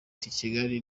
kigali